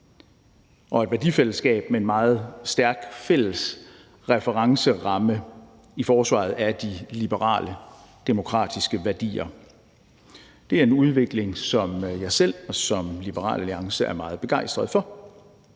og et værdifællesskab med en meget stærk fælles referenceramme i forsvaret af de liberale, demokratiske værdier. Det er en udvikling, som jeg selv og Liberal Alliance er meget begejstret for.